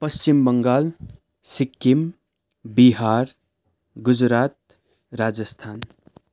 Paschim Bangal Sikkim Bihar Gujarat Rajasthan